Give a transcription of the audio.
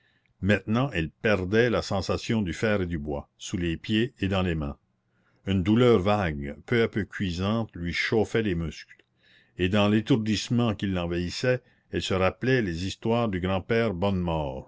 maintenant elle perdait la sensation du fer et du bois sous les pieds et dans les mains une douleur vague peu à peu cuisante lui chauffait les muscles et dans l'étourdissement qui l'envahissait elle se rappelait les histoires du grand-père